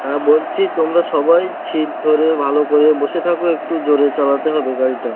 হ্যাঁ বলছি তোমরা সবাই সিট ধরে ভালো করে বসে থাকো একটু জোরে চালাতে হবে গাড়িটা